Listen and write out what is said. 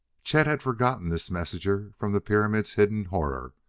chet had forgotten this messenger from the pyramid's hidden horror.